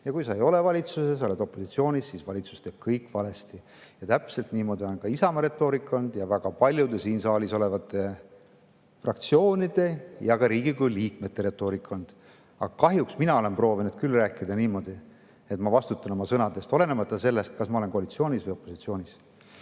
ja kui sa ei ole valitsuses, oled opositsioonis, siis valitsus teeb kõik valesti. Ja täpselt selline on Isamaa ja väga paljude siin saalis olevate fraktsioonide ja ka Riigikogu liikmete retoorika olnud. Aga mina olen proovinud küll rääkida niimoodi, et ma vastutan oma sõnade eest, olenemata sellest, kas ma olen koalitsioonis või opositsioonis.